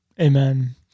amen